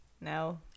No